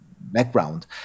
background